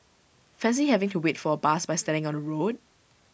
fancy having to wait for A bus by standing on the road